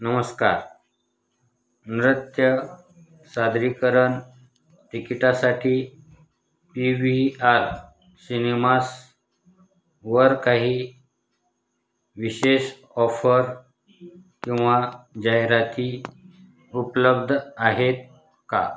नमस्कार नृत्य सादरीकरण तिकिटासाठी पी व्ही आर सिनेमासवर काही विशेष ऑफर किंवा जाहिराती उपलब्ध आहेत का